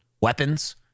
weapons